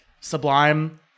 Sublime